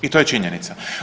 I to je činjenica.